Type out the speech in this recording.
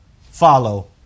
follow